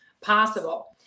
possible